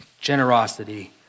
generosity